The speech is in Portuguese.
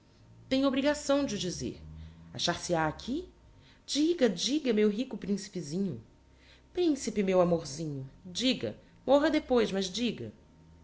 tem obrigação de o dizer achar se ha aqui diga diga meu rico principezinho principe meu amorzinho diga morra depois mas diga